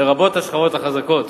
לרבות השכבות החזקות.